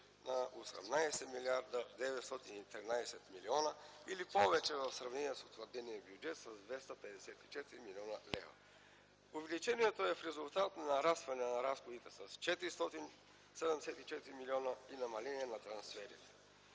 на 18 млрд. 913 млн. или повече в сравнение с утвърдения бюджет с 254 млн. лв. Увеличението е в резултат на нарастване на разходите с 474 милиона и намаление на трансферите.